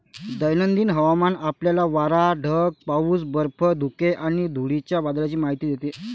दैनंदिन हवामान आपल्याला वारा, ढग, पाऊस, बर्फ, धुके आणि धुळीच्या वादळाची माहिती देते